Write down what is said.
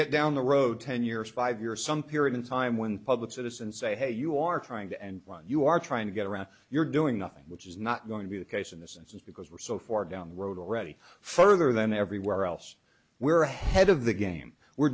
get down the road ten years five years some period in time when public citizen say hey you are trying to and you are trying to get around you're doing nothing which is not going to be the case in this instance because we're so far down the road already further than everywhere else we are ahead of the game we're